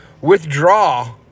withdraw